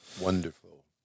Wonderful